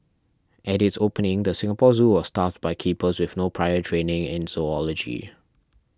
at its opening the Singapore Zoo was staffed by keepers with no prior training in zoology